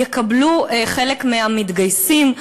יקבלו חלק מהמתגייסים.